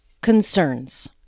Concerns